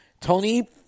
Tony